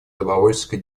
добровольческой